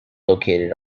located